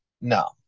no